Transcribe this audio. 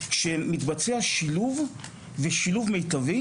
כשמתבצע שילוב ושילוב מיטבי